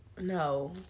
no